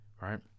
Right